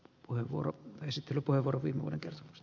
puheenvuoro esite lupaa korpimuodot